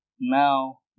Now